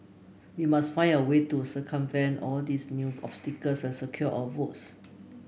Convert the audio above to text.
we must find a way to circumvent all these new obstacles and secure our votes